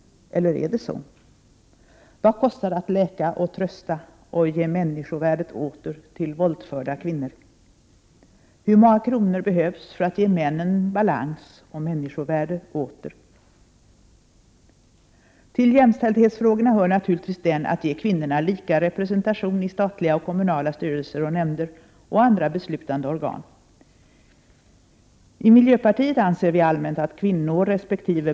Eller är det så? Vad kostar det att läka och trösta och ge människovärdet åter till våldförda kvinnor? Hur många kronor behövs för att ge männen balans och människovärde åter? Till jämställdhetsfrågorna hör naturligtvis den att ge kvinnorna lika representation i statliga och kommunala styrelser, i nämnder och andra beslutande organ. I miljöpartiet anser vi allmänt att kvinnoresp.